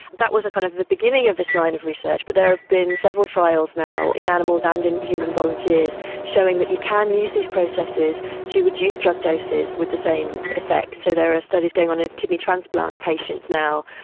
that was kind of the beginning of this line of research, but there have been several trials now in animals and in human volunteers showing that you can use these processes to reduce drug doses with the same effects. so there are studies going on in kidney transplant patients now.